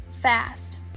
fast